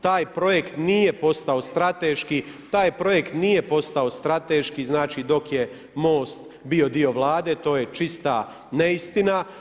Taj projekt nije postao strateški, taj projekt nije postao strateški, znači dok je Most bio dio Vlade, to je čista neistina.